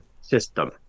system